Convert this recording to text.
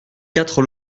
quatre